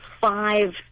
five